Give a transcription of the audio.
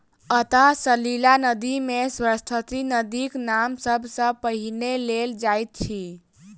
अंतः सलिला नदी मे सरस्वती नदीक नाम सब सॅ पहिने लेल जाइत अछि